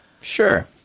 Sure